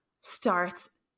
starts